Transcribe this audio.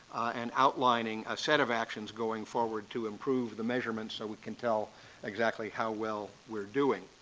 and outlining a set of actions going forward to improve the measurements so we can tell exactly how well we're doing.